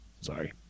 sorry